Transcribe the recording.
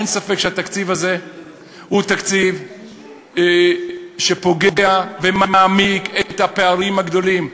אין ספק שהתקציב הזה הוא תקציב שפוגע ומעמיק את הפערים הגדולים.